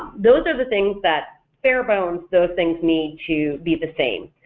those are the things that bare bones, those things need to be the same.